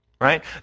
Right